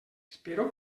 espero